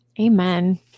amen